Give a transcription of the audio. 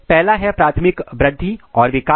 पहला है प्राथमिक वृद्धि और विकास